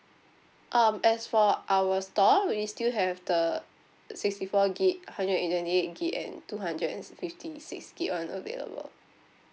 um as for our store we still have the sixty four gig hundred and twenty eight gig and two hundred and fifty six gig one available